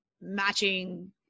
matching